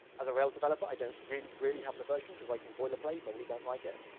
as a rails developer, i don't really really have an aversion to writing boilerplate, i really don't like it,